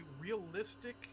realistic